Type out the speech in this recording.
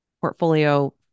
portfolio